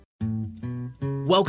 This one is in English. Welcome